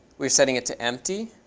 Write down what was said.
we're setting it to empty.